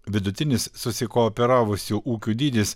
vidutinis susikooperavusių ūkių dydis